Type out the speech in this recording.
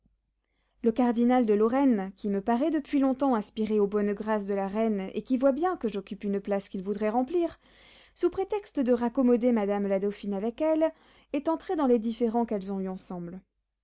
le cardinal de lorraine qui me paraît depuis longtemps aspirer aux bonnes grâces de la reine et qui voit bien que j'occupe une place qu'il voudrait remplir sous prétexte de raccommoder madame la dauphine avec elle est entré dans les différends qu'elles ont eu ensemble